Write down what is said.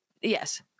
yes